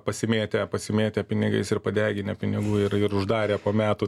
pasimėtę pasimėtę pinigais ir padeginę pinigų ir ir uždarė po metų